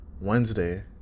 Wednesday